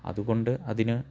അതുകൊണ്ട് അതിന്